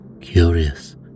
curious